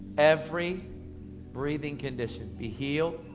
every breathing condition be healed,